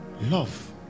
love